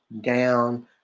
down